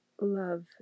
Love